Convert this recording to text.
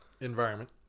environment